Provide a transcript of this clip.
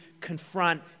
confront